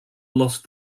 lost